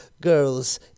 girls